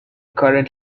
current